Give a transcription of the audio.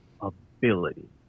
ability